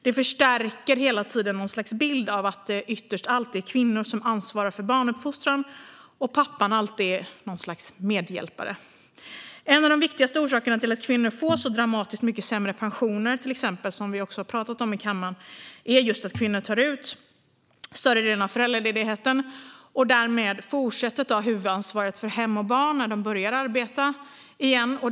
Det förstärker hela tiden något slags bild av att det ytterst alltid är kvinnor som ansvarar för barnuppfostran och att pappan alltid är något slags medhjälpare. En av de viktigaste orsakerna till att kvinnor till exempel får så dramatiskt mycket sämre pensioner, vilket vi också har pratat om i kammaren, är just att kvinnor tar ut större delen av föräldraledigheten och därmed fortsätter att ta huvudansvaret för hem och barn när de börjar arbeta igen.